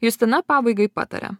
justina pabaigai pataria